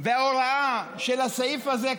וההוראה של הסעיף הזה,